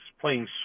playing